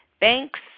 banks